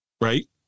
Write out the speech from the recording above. Right